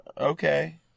Okay